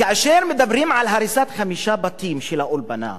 כאשר מדברים על הריסת חמישה בתים של האולפנה,